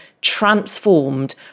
transformed